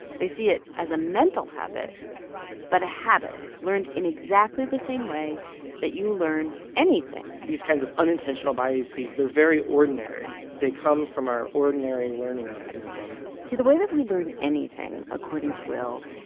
they see it as a mental habit but a habit learned in exactly the same way that you learn anything these kinds of unintentional biases, they're very ordinary. they come from our ordinary learning mechanisms see, the way that we learn anything, according to will,